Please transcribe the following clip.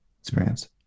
experience